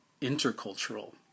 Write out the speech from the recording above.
intercultural